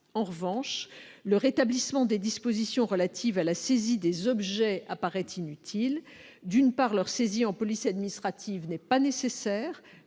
En revanche, le rétablissement des dispositions relatives à la saisie des objets apparaît inutile : d'une part, leur saisie en police administrative n'est pas nécessaire,